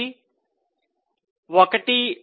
99 1